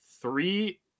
three